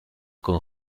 con